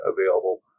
available